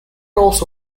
also